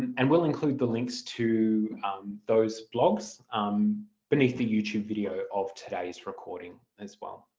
and we'll include the links to those blogs um beneath the youtube video of today's recording as well.